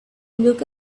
look